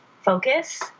focus